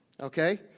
Okay